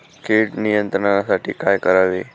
कीड नियंत्रणासाठी काय करावे?